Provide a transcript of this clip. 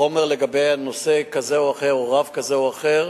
החומר לגבי נושא כזה או אחר, או רב כזה או אחר,